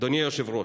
אדוני היושב-ראש: